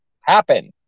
happen